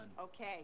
Okay